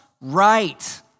right